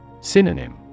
Synonym